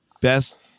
Best